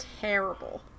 terrible